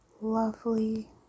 lovely